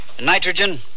Nitrogen